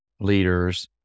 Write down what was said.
leaders